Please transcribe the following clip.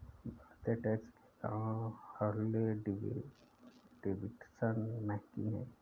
बढ़ते टैक्स के कारण हार्ले डेविडसन महंगी हैं